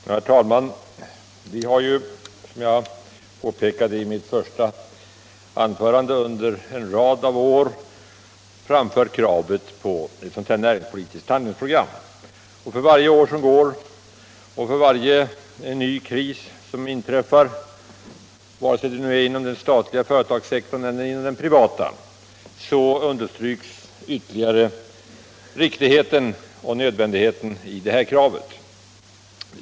Herr talman! Centern har, som jag påpekade i mitt första anförande, under en rad år framfört kravet på ett sådant här näringspolitiskt handlingsprogram. För varje år som går och för varje ny kris som inträffar —- vare sig det är inom den statliga företagssektorn eller inom den privata — understryks ytterligare riktigheten i det här kravet och nödvändigheten av att det uppfylls.